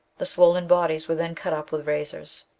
the swollen bodies were then cut up with razors.